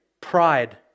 pride